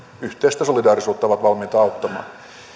yhteistä solidaarisuutta ovat valmiita auttamaan